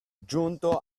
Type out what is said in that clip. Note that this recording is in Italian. giunto